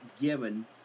given